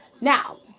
Now